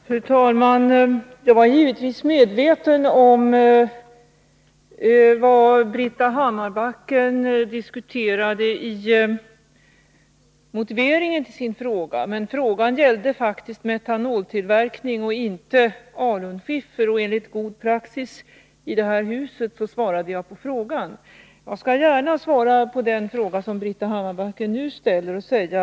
Fru talman! Jag var givetvis medveten om vad Britta Hammarbacken diskuterade i motiveringen till sin fråga. Men frågan gällde faktiskt metanoltillverkning och inte alunskiffer, och enligt god praxis i det här huset svarade jag på frågan. Jag skall gärna svara på den fråga som Britta Hammarbacken nu ställer.